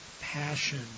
passion